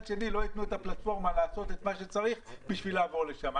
שני לא ייתנו את הפלטפורמה לעשות את מה שצריך בשביל לעבור לשם.